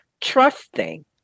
Trusting